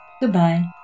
goodbye